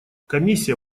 комиссия